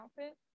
outfit